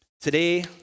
Today